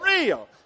real